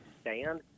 stand